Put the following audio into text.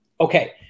Okay